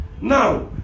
now